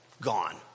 gone